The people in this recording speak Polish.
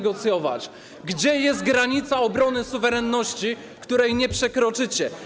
Gdzie jest granica obrony suwerenności, której nie przekroczycie?